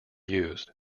used